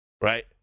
Right